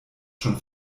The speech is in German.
schon